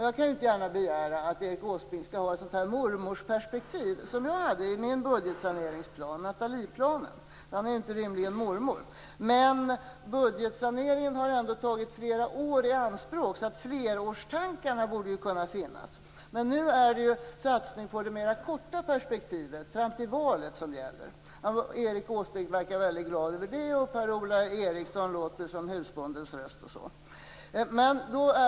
Jag kan inte gärna begära att Erik Åsbrink skall ha ett sådant "mormorsperspektiv" som jag hade i min budgetsaneringsplan, Nathalieplanen. Han är ju rimligen inte mormor. Men budgetsaneringen har ändå tagit flera år i anspråk, så flerårstankarna borde kunna finnas. I stället är det mer en satsning på det korta perspektivet, fram till valet, som gäller. Erik Åsbrink verkar mycket glad över det, och Per-Ola Eriksson talar med husbondens röst.